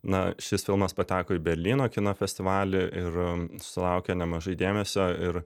na šis filmas pateko į berlyno kino festivalį ir susilaukė nemažai dėmesio ir